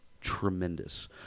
tremendous